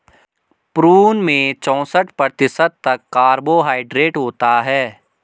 prune में चौसठ प्रतिशत तक कार्बोहायड्रेट होता है